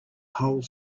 whole